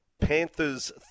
Panthers